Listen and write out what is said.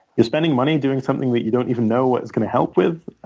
you're spending money doing something that you don't even know what it's going to help with?